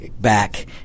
back